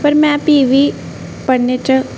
पर में प्ही बी पढ़ने च